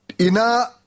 ina